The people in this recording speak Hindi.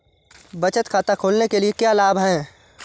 बचत खाता खोलने के क्या लाभ हैं?